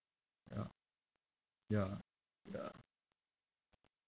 ya ya ya